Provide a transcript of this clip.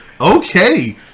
Okay